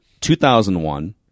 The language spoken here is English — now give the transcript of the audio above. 2001